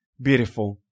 beautiful